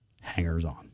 hangers-on